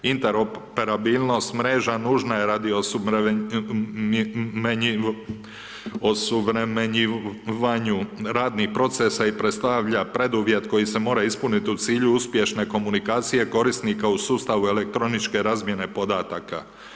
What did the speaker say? Interoperabilnost mreža nužna je radi osuvremenjivanju radnih procesa i predstavlja preduvjet koji se mora ispuniti u cilju uspješne komunikacije korisnika u sustavu elektroničke razmjene podataka.